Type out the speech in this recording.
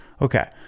Okay